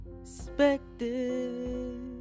expected